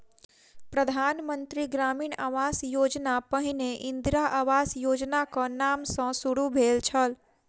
प्रधान मंत्री ग्रामीण आवास योजना पहिने इंदिरा आवास योजनाक नाम सॅ शुरू भेल छल